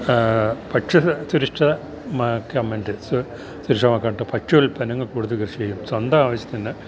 ഭക്ഷ്യ സുരഷ ഭക്ഷ്യ ഉത്പന്നങ്ങൾ കൂടുതൽ കൃഷി ചെയ്യുക സ്വന്തം ആവശ്യത്തിന്